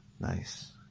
Nice